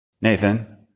Nathan